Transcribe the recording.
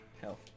health